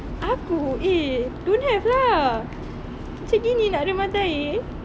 aku eh don't have lah macam gini nak ada matair